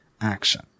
action